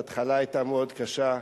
ההתחלה היתה מאוד קשה.